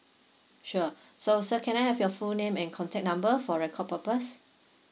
sure so sir can I have your full name and contact number for record purpose